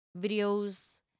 videos